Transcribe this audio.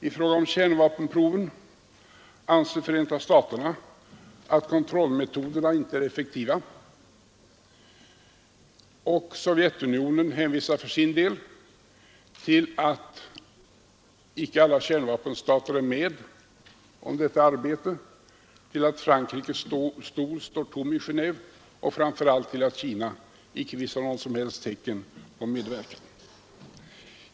I fråga om kärnvapen anser Förenta staterna att kontrollmetoderna inte är effektiva, och Sovjetunionen hänvisar för sin del till att inte alla kärnvapenstater är med om detta arbete, till att Frankrikes stol står tom i Genéve och framför allt till att Kina inte visar något som helst tecken till medverkan.